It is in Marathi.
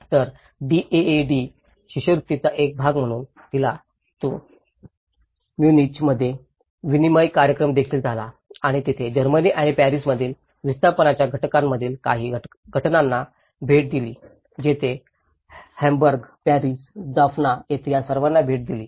तर डीएएडी शिष्यवृत्तीचा एक भाग म्हणून तिला तू म्युनिक मध्ये विनिमय कार्यक्रम देखील झाला आणि तिने जर्मनी आणि पॅरिसमधील विस्थापनाच्या घटनांमधील काही घटनांना भेट दिली आणि जिथे तिने हॅम्बर्ग पॅरिस जाफना येथे या सर्वांना भेट दिली